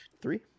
three